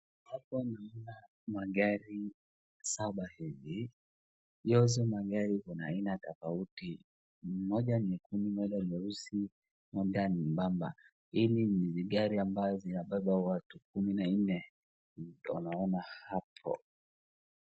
Hapa ni aina ya magari saba hivi, yote magari kuna aina tofauti moja ni nyekundu, moja nyeusi, moja nyembamba. Hizi ni gari ambazo zinabeba watu kumi na nne unaona hapo.